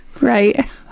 Right